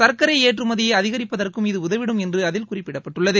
சர்க்கரை ஏற்றுமதியை அதிகரிப்பதற்கும் இது உதவிடும் என்று அதில் குறிப்பிடப்பட்டுள்ளது